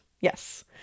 yes